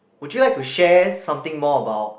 would you like to share something more about